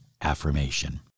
affirmation